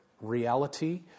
reality